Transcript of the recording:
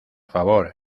favor